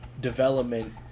development